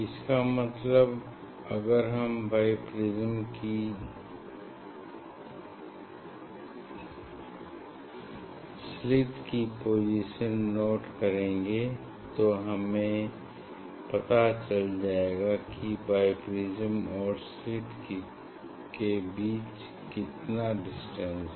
इसका मतलब अगर हम बाई प्रिज्म और स्लिट की पोजीशन नोट करेंगे तो हमें पता चल जाएगा कि बाई प्रिज्म और स्लिट की बीच कितना डिस्टेंस है